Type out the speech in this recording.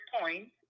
point